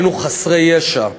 היינו חסרי ישע.